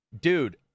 dude